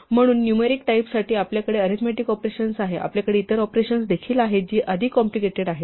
म्हणून न्यूमरिक टाईपसाठी आपल्याकडे अरीथमेटिक ऑपरेशन्स आहेत आपल्याकडे इतर ऑपरेशन्स देखील आहेत जी अधिक कॉम्प्लिकेटेड आहेत